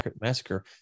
massacre